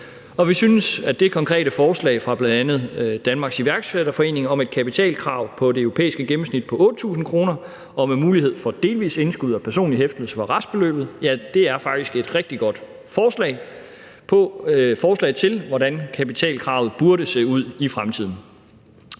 og vi synes faktisk, at det konkrete forslag fra bl.a. Dansk Iværksætter Forening om et kapitalkrav svarende til det europæiske gennemsnit på 8.000 kr. med mulighed for delvist indskud og personlig hæftelse for restbeløbet er et rigtig godt forslag til, hvordan kapitalkravet burde se ud i fremtiden.